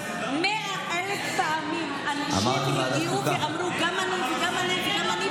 ממש לא,